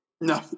No